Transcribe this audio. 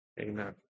amen